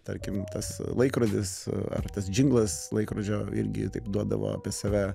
tarkim tas laikrodis ar tas džinglas laikrodžio irgi taip duodavo apie save